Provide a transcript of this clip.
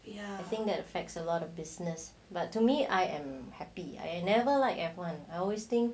ya I think that affects a lot of business but to me I am happy I never like F [one] I always think